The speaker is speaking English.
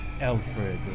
Alfred